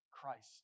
Christ